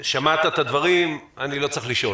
שמעת את הדברים, אני לא צריך לשאול.